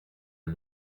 and